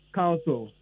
council